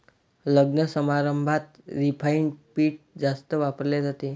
लग्नसमारंभात रिफाइंड पीठ जास्त वापरले जाते